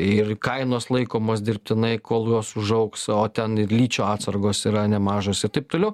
ir kainos laikomos dirbtinai kol jos užaugs o ten ir ličio atsargos yra nemažos ir taip toliau